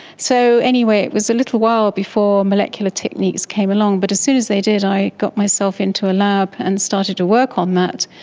so anyway, anyway, it was a little while before molecular techniques came along, but as soon as they did i got myself into a lab and started to work on that.